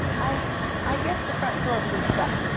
i i guess the front door blew shut,